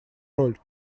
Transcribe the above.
роль